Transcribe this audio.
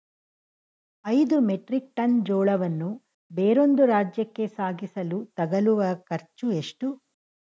ಐದು metric tonne ಜೋಳವನ್ನು ಬೇರೊಂದು ರಾಜ್ಯಕ್ಕೆ ಸಾಗಿಸಲು ತಗಲುವ ಖರ್ಚು ಎಷ್ಟು?